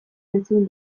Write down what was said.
entzun